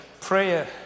prayer